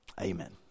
Amen